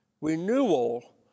Renewal